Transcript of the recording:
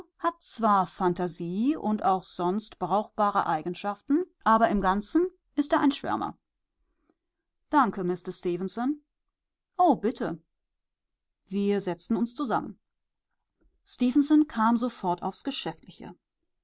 hat zwar phantasie und auch sonst brauchbare eigenschaften aber im ganzen ist er ein schwärmer danke mister stefenson o bitte wir setzten uns zusammen stefenson kam sofort aufs geschäftliche